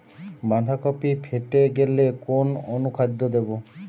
বাঁধাকপি ফেটে গেলে কোন অনুখাদ্য দেবো?